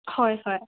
ꯍꯣꯏ ꯍꯣꯏ